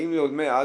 האם לעולמי עד,